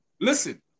listen